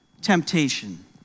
temptation